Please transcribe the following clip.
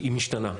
היא משתנה.